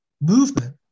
movement